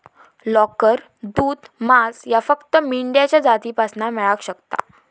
लोकर, दूध, मांस ह्या फक्त मेंढ्यांच्या जातीपासना मेळाक शकता